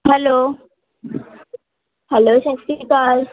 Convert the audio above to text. hello hello ਸਤਿ ਸ਼੍ਰੀ ਅਕਾਲ